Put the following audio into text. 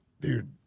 Dude